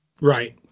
Right